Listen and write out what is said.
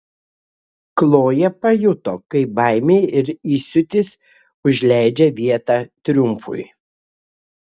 kloja pajuto kaip baimė ir įsiūtis užleidžia vietą triumfui